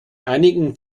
einigen